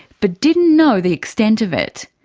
but didn't know the extent of it.